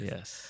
Yes